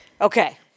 okay